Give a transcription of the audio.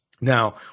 now